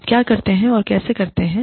आप क्या करते हैंऔर कैसे करते हैं